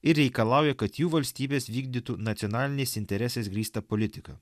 ir reikalauja kad jų valstybės vykdytų nacionaliniais interesais grįstą politiką